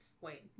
Wait